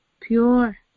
pure